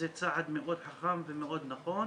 זה צעד מאוד חכם ומאוד נכון